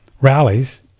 rallies